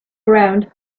around